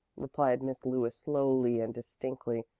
replied miss lewis slowly and distinctly,